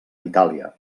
itàlia